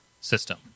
system